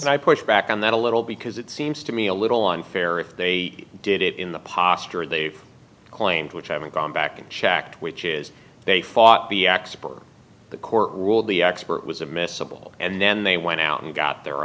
and i push back on that a little because it seems to me a little unfair if they did it in the posture they claimed which i haven't gone back and checked which is they fought the expert for the court ruled the expert was admissible and then they went out and got the